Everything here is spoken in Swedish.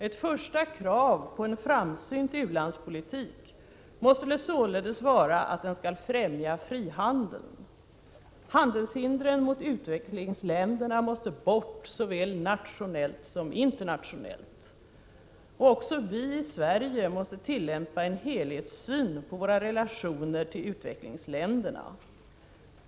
Ett första krav på en framsynt u-landspolitik måste således vara att den skall främja frihandeln. Handelshindren mot utvecklingsländerna måste bort såväl nationellt som internationellt. Också vi i Sverige måste tillämpa en helhetssyn på våra relationer till utvecklingsländerna.